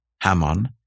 Hamon